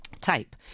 Type